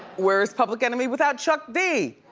where is public enemy without chuck d.